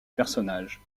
personnage